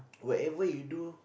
whatever you do